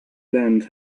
land